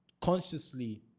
consciously